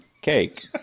cake